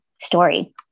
story